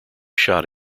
shot